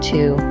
Two